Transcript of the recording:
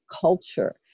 culture